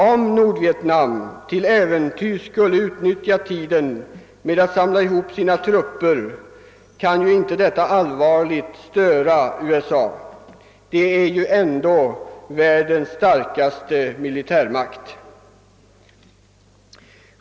Om Nordvietnam till äventyrs skulle utnyttja tiden till att samla ihop sina trupper, kan ju inte detta allvarligt störa USA, som ju ändå är världens starkaste militärmakt.